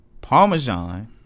parmesan